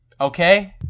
Okay